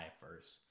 first